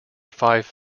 five